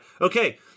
Okay